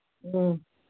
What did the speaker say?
ꯎꯝ